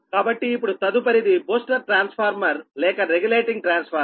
కాబట్టి ఇప్పుడు తదుపరిది బూస్టర్ ట్రాన్స్ఫార్మర్ లేక రెగ్యులేటింగ్ ట్రాన్స్ఫార్మర్